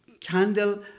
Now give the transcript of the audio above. candle